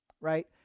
right